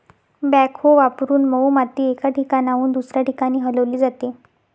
backhoe वापरून मऊ माती एका ठिकाणाहून दुसऱ्या ठिकाणी हलवली जाते